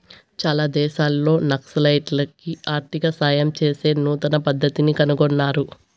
చాలా దేశాల్లో నక్సలైట్లకి ఆర్థిక సాయం చేసే నూతన పద్దతిని కనుగొన్నారు